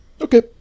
Okay